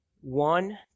one